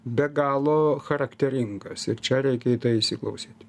be galo charakteringas ir čia reikia į tai įsiklausyt